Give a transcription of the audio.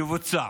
יבוצע.